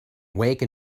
wake